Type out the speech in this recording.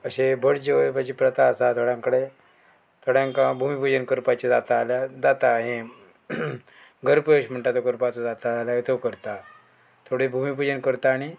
अशें भट जेवपाची प्रथा आसा थोड्यां कडेन थोड्यांक भुमी पुजन करपाचें जाता जाल्यार जाता हें घरप्रवेश म्हणटा तो करपाचो जाता जाल्यार तो करता थोडी भुमी पुजन करता आणी